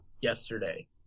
yesterday